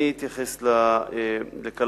אני אתייחס לקלנסואה.